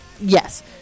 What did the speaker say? Yes